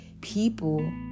people